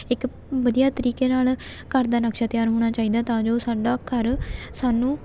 ਇੱਕ ਵਧੀਆ ਤਰੀਕੇ ਨਾਲ ਘਰ ਦਾ ਨਕਸ਼ਾ ਤਿਆਰ ਹੋਣਾ ਚਾਹੀਦਾ ਤਾਂ ਜੋ ਸਾਡਾ ਘਰ ਸਾਨੂੰ